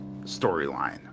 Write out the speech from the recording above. storyline